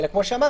אלא כמו שאמרנו,